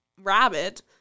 rabbit